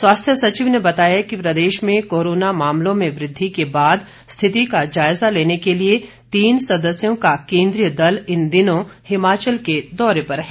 स्वास्थ्य सचिव ने बताया कि प्रदेश में कोरोना मामलों में वृद्धि के बाद स्थिति का जायजा लेने के लिए तीन सदस्यों का केंद्रीय दल इन दिनों हिमाचल के दौरे पर है